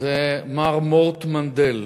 הפעם זה מר מורט מנדל.